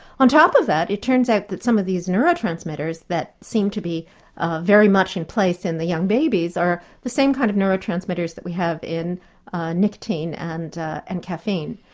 on top of that, it turns out that some of these neural transmitters that seem to be ah very much in place in the young babies, are the same kind of neural transmitters that you have in nicotine and and caffeine.